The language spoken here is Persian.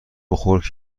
بخور